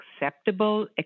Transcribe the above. acceptable